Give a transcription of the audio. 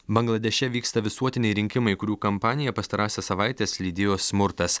bangladeše vyksta visuotiniai rinkimai kurių kampaniją pastarąsias savaites lydėjo smurtas